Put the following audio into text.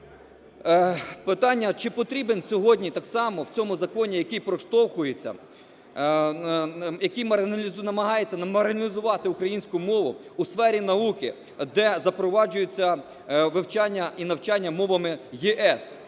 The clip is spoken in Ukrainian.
питання, чи потрібен сьогодні так само в цьому законі, який проштовхується, який намагається маргіналізувати українську мову у сфері науки, де запроваджується вивчання і навчання мовами ЄС.